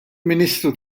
ministru